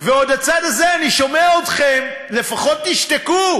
ועוד הצד הזה, אני שומע אתכם, לפחות תשתקו,